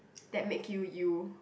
that make you you